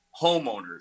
homeowners